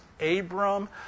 Abram